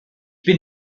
bin